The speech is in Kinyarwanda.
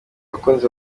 bakunzi